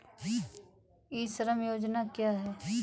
ई श्रम योजना क्या है?